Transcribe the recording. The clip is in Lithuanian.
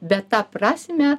bet tą prasmę